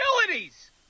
utilities